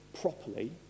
properly